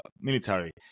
military